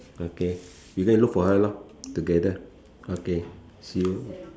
okay you go and look for her lor together okay see you